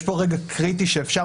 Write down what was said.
יש פה רגע קריטי שאפשר,